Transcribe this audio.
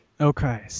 Okay